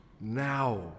now